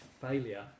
failure